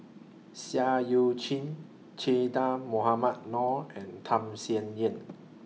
Seah EU Chin Che Dah Mohamed Noor and Tham Sien Yen